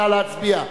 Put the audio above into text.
נא להצביע.